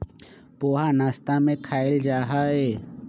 पोहा नाश्ता में खायल जाहई